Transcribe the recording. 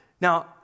Now